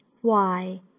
Why